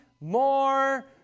more